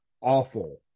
awful